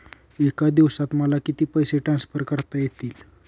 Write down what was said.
एका दिवसात मला किती पैसे ट्रान्सफर करता येतील?